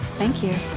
thank you.